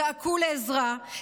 זעקו לעזרה,